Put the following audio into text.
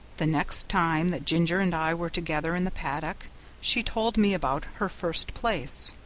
the next time that ginger and i were together in the paddock she told me about her first place.